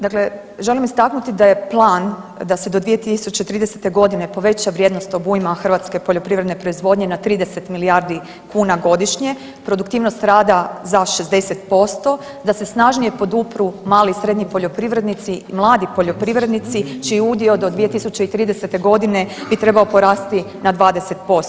Dakle, želim istaknuti da je plan da se do 2030.g. poveća vrijednost obujma hrvatske poljoprivredne proizvodnje na 30 milijardi kuna godišnje, produktivnost rada za 60%, da se snažnije podupru mali i srednji poljoprivrednici, mladi poljoprivrednici čiji udio do 2030.g. bi trebao porasti na 20%